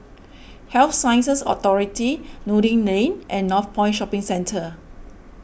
Health Sciences Authority Noordin Lane and Northpoint Shopping Centre